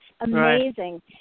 amazing